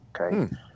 Okay